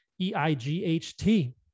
E-I-G-H-T